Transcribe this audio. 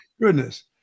goodness